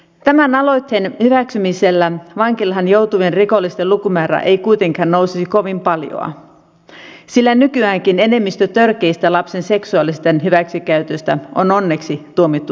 tämän aloitteen hyväksymisellä vankilaan joutuvien rikollisten lukumäärä ei kuitenkaan nousisi kovin paljon sillä nykyäänkin enemmistö törkeistä lapsen seksuaalisista hyväksikäytöistä on onneksi tuomittu ehdottomana